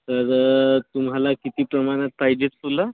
तर तुम्हाला किती प्रमाणात पाहिजेत फुलं